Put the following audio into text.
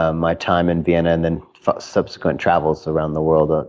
ah my time in vienna and then subsequent travels around the world. ah